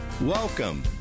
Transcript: Welcome